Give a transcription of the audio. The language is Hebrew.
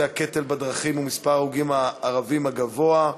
הקטל בדרכים ומספר ההרוגים הערבים הגבוה,